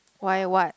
why what